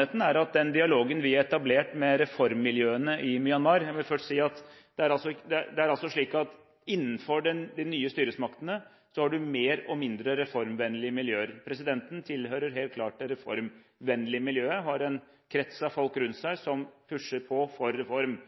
etablert en dialog med reformmiljøene i Myanmar, men jeg vil først si at innenfor de nye styresmaktene har vi både mer og mindre reformvennlige miljøer. Presidenten tilhører helt klart det reformvennlige miljøet og har en krets av folk rundt seg som pusher på for reform.